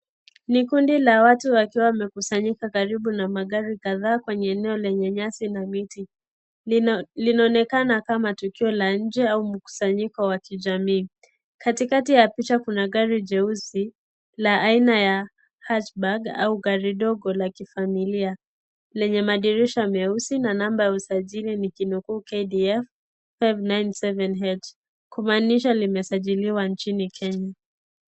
Ni kundi la watu wakiwa wamekusanyika karibu na magari kadhaaa kwenye eneo lenye nyasi na miti. Linaonekana kama tukio la nje au mkusanyiko wa kijamii. Katikati ya picha kuna gari jeusi la aina ya hatchback au gari dogo la kifamilia lenye madirisha meusi na namba ya usajili nikinukuu KDE 597H kumaanisha limesajiliwa nchini kenya.